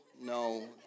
no